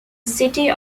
city